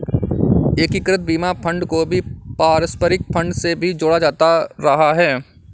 एकीकृत बीमा फंड को भी पारस्परिक फंड से ही जोड़ा जाता रहा है